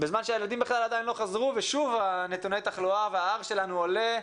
בזמן שהילדים בכלל עדיין לא חזרו ושוב נתוני התחלואה וה-R שלנו עולה.